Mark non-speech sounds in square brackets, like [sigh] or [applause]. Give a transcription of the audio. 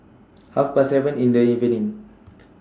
[noise] Half Past seven in The evening